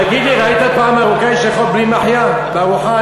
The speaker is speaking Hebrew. תגיד לי, ראית פעם מרוקאי שיכול בלי מחייה בארוחה?